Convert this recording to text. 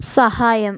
സഹായം